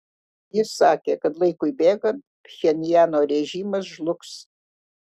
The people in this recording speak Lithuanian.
jis sakė kad laikui bėgant pchenjano režimas žlugs